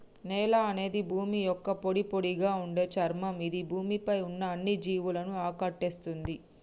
నేల అనేది భూమి యొక్క పొడిపొడిగా ఉండే చర్మం ఇది భూమి పై ఉన్న అన్ని జీవులను ఆకటేస్తుంది